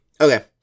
Okay